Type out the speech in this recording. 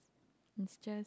it's just